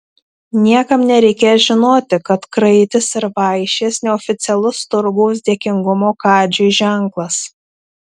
niekam nereikės žinoti kad kraitis ir vaišės neoficialus turgaus dėkingumo kadžiui ženklas